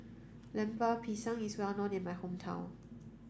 Lemper Pisang is well known in my hometown